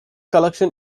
collection